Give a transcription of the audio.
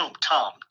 tom